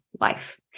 life